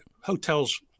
hotels